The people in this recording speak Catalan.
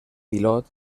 pilot